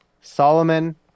Solomon